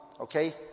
Okay